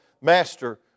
Master